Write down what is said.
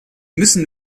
müssen